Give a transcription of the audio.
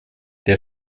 der